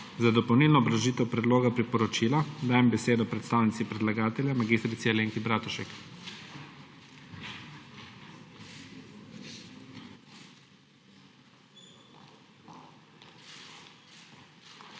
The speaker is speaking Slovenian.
Za dopolnilno obrazložitev predloga priporočila dajem besedo predstavnici predlagatelja, mag. Alenki Bratušek.